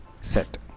set